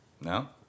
No